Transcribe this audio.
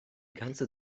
ganze